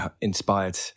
inspired